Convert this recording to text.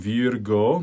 Virgo